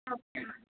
okay ma'am